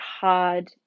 hard